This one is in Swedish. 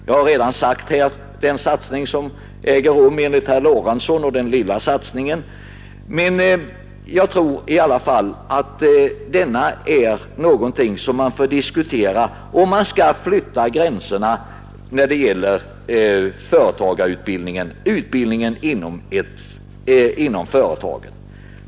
Jag har redan sagt att den enligt herr Lorentzon lilla satsning som ägt rum ändå är någonting som får diskuteras, om man skall flytta gränserna när det gäller företagsutbildningen inom företagen.